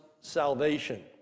salvation